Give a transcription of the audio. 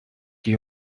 qui